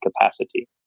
capacity